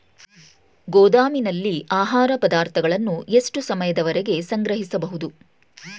ಗೋದಾಮಿನಲ್ಲಿ ಆಹಾರ ಪದಾರ್ಥಗಳನ್ನು ಎಷ್ಟು ಸಮಯದವರೆಗೆ ಸಂಗ್ರಹಿಸಬಹುದು?